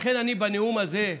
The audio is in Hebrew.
לכן, אני בנאום הזה,